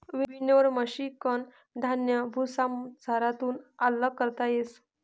winnower मशिनकन धान्य भुसामझारथून आल्लग करता येस